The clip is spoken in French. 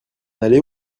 aller